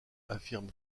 affirme